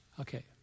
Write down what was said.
Okay